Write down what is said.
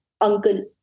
uncle